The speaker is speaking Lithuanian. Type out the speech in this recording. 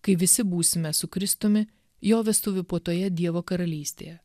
kai visi būsime su kristumi jo vestuvių puotoje dievo karalystėje